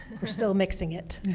we're still mixing it.